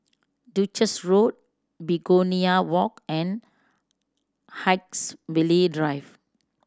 Duchess Road Begonia Walk and Haigsville Drive